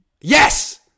Yes